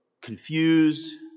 confused